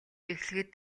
эхлэхэд